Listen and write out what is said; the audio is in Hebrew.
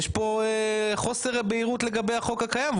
יש פה חוסר בהירות לגבי החוק הקיים,